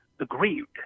aggrieved